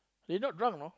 they not drunk you know